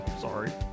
Sorry